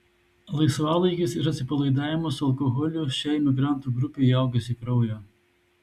laisvalaikis ir atsipalaidavimas su alkoholiu šiai migrantų grupei įaugęs į kraują